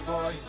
Boy